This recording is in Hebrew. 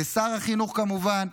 ולשר החינוך כמובן.